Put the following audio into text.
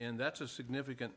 and that's a significant